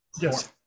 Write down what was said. Yes